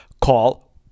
call